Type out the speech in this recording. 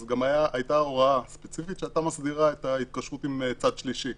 אז גם הייתה הוראה ספציפית שהייתה מסדירה את ההתקשרות עם צד שלישי,